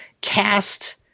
cast